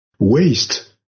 Waste